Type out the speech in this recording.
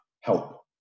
help